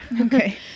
Okay